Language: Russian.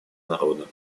народа